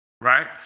right